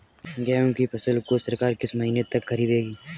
गेहूँ की फसल को सरकार किस महीने तक खरीदेगी?